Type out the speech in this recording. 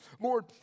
Lord